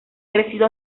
crecido